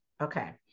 Okay